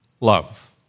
love